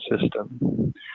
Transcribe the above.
system